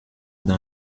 dans